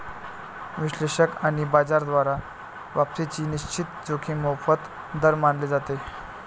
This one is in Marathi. विश्लेषक आणि बाजार द्वारा वापसीची निश्चित जोखीम मोफत दर मानले जाते